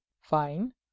fine